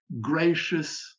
gracious